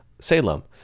Salem